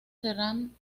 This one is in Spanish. serán